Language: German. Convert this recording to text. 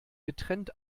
getrennt